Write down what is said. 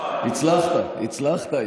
רציתי להפתיע אותך.